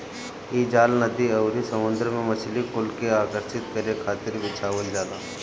इ जाल नदी अउरी समुंदर में मछरी कुल के आकर्षित करे खातिर बिछावल जाला